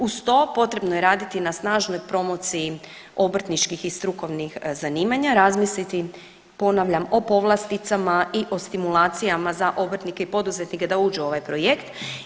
Uz to potrebno je raditi na snažnoj promociji obrtničkih i strukovnih zanimanja, razmisliti ponavljam o povlasticama i o stimulacijama za obrtnike i poduzetnike da uđu ovaj projekt.